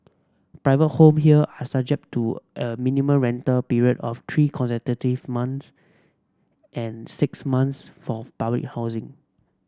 private home here are subject to a minimum rental period of three consecutive months and six months fourth public housing